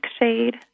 shade